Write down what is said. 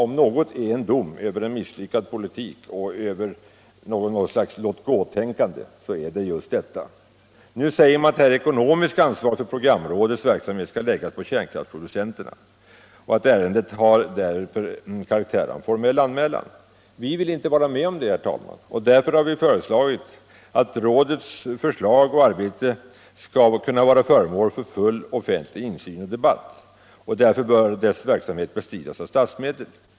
Om något är en dom över en misslyckad politik och ett slags låtgå-tänkande så är det just detta. Nu sägs det att det ekonomiska ansvaret för programrådets verksamhet skall läggas på kärnkraftsproducenterna och att ärendet därför har karaktär av formell anmälan. Vi vill inte vara med om detta, och därför har vi föreslagit att rådets arbete skall bli föremål för full offentlig insyn och debatt. Och därför bör kostnaderna för dess verksamhet bestridas av statsmedel.